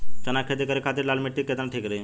चना के खेती करे के खातिर लाल मिट्टी केतना ठीक रही?